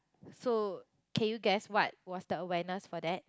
so can you guess what was the awareness for that